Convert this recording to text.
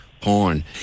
porn